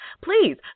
Please